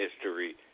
history